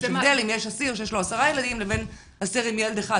יש הבדל אם יש אסיר שיש לו 10 ילדים לבין אסיר עם ילד אחד,